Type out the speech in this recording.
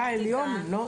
זה היה העליון, לא?